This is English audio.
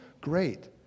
great